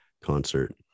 concert